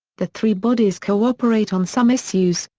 the three bodies co-operate on some issues,